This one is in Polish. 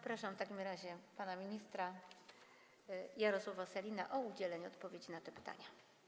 Proszę w takim razie pana ministra Jarosława Sellina o udzielenie odpowiedzi na te pytania.